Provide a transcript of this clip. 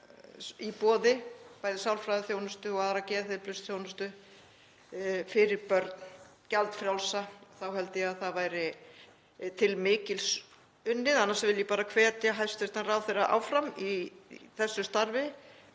í boði, bæði sálfræðiþjónustu og aðra geðheilbrigðisþjónustu, fyrir börn gjaldfrjálsa þá held ég að væri til mikils unnið. Annars vil ég bara hvetja hæstv. ráðherra áfram í þessu starfi.